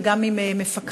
וגם עם מפקחים.